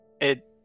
It-